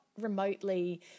remotely